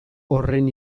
horren